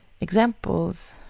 examples